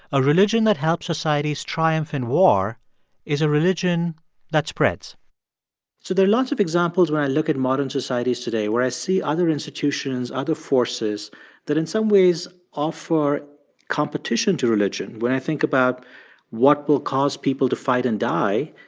a religion that helps societies triumph in war is a religion that spreads so there are lots of examples when i look at modern societies today where i see other institutions, other forces that in some ways offer competition to religion. when i think about what will cause people to fight and die,